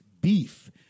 beef